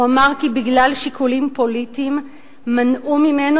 כי בגלל שיקולים פוליטיים מנעו ממנו